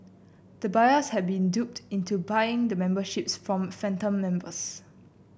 the buyers had been duped into buying the memberships from phantom members